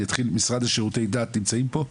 אני אתחיל עם המשרד לשירותי דת, נמצאים פה?